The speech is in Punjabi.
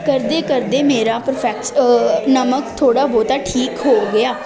ਕਰਦੇ ਕਰਦੇ ਮੇਰਾ ਪਰਫੈਕਸ ਨਮਕ ਥੋੜ੍ਹਾ ਬਹੁਤਾ ਠੀਕ ਹੋ ਗਿਆ